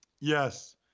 Yes